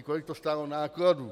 Kolik to stálo nákladů.